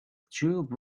tube